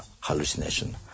hallucination